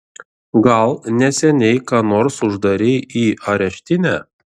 gal neseniai ką nors uždarei į areštinę